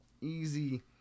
easy